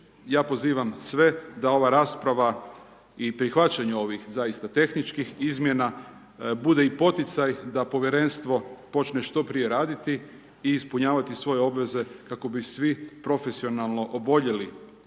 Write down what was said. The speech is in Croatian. ja pozivam sve da ova rasprava i prihvaćanje ovih, zaista tehničkih izmjena bude i poticaj da Povjerenstvo počne što prije raditi i ispunjavati svoje obveza kako bi svi profesionalno oboljeli